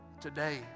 Today